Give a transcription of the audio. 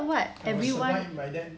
I was survived by that